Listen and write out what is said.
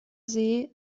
see